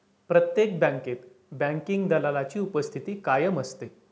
प्रत्येक बँकेत बँकिंग दलालाची उपस्थिती कायम असते